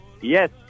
Yes